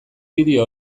bideo